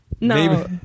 No